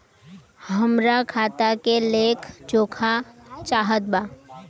हमरा खाता के लेख जोखा चाहत बा?